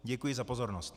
Děkuji za pozornost.